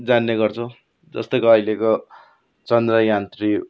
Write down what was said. जान्ने गर्छौँ जस्तैको अहिलेको चन्द्रयान थ्री